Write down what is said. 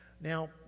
Now